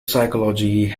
psychology